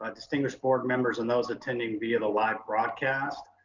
um distinguished board members and those attending via the live broadcast.